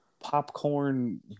popcorn